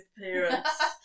parents